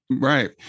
Right